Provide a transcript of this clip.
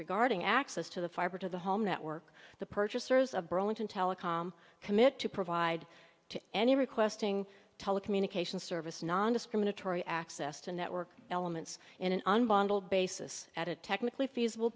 regarding access to the fiber to the home network the purchasers of burlington telecom commit to provide to any requesting telecommunications service nondiscriminatory access to network elements in an old basis at a technically feasible